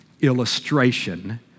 illustration